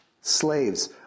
Slaves